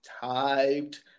typed